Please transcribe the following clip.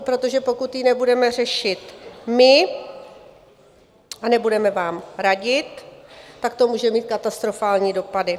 Protože pokud ji nebudeme řešit my, nebudeme vám radit, tak to může mít katastrofální dopady.